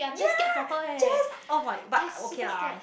ya just oh my but okay lah